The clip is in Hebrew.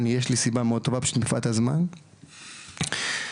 יש לי סיבה מאוד טובה פשוט מפאת הזמן אי אפשר,